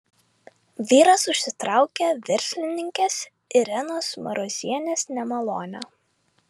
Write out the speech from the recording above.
vyras užsitraukė verslininkės irenos marozienės nemalonę